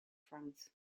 france